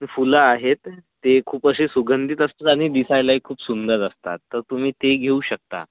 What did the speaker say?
फुलं आहेत ते खूप असे सुगंधित असतात आणि दिसायलाही खूप सुंदर असतात तर तुम्ही ते घेऊ शकता